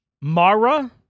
Mara